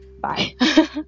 Bye